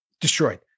Destroyed